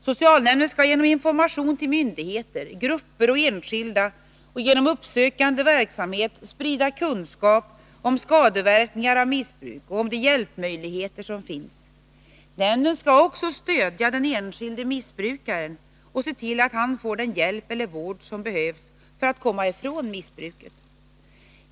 Socialnämnden skall genom information till myndigheter, grupper och enskilda och genom uppsökande verksamhet sprida kunskap om skadeverkningar av missbruk och om de hjälpmöjligheter som finns. Nämnden skall också stödja den enskilde missbrukaren och se till att han får den hjälp eller vård som behövs för att komma ifrån missbruket.